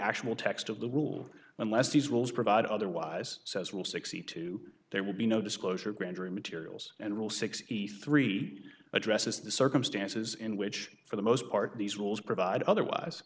actual text of the rule unless these rules provide otherwise says will sixty two there will be no disclosure grand jury materials and will sixty three addresses the circumstances in which for the most part these rules provide otherwise